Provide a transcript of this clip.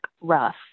rough